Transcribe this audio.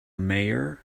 mayor